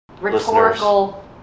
rhetorical